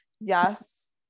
yes